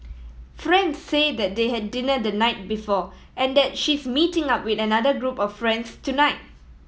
friends say that they had dinner the night before and that she's meeting up with another group of friends tonight